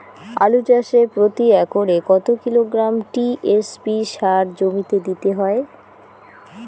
আলু চাষে প্রতি একরে কত কিলোগ্রাম টি.এস.পি সার জমিতে দিতে হয়?